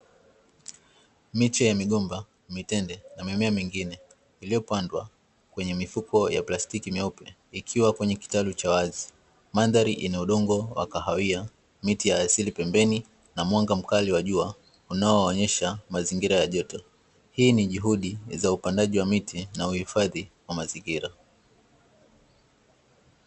Miche ya migomba, mitende na mimea mingine iliyopandwa, kwenye mifuko ya plastiki meupe ikiwa kwenye kitalu cha wazi. Mandhari ina udongo wa kahawia, miti ya asili pembeni na mwanga mkali wa jua, unaoonyesha mazingira ya joto. Hii ni juhudi za upandaji wa miti na uhifadhi wa mazingira.